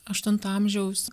aštunto amžiaus